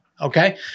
okay